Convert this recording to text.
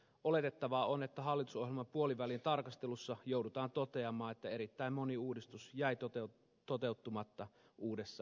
oletettavaa on että hallitusohjelman puolivälin tarkastelussa joudutaan toteamaan että erittäin moni uudistus jäi toteuttamatta uudessa tilanteessa